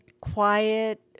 quiet